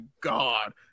God